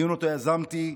שאותו יזמתי.